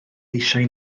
eisiau